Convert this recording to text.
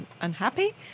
unhappy